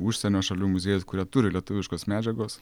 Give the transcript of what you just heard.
užsienio šalių muziejus kurie turi lietuviškos medžiagos